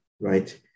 right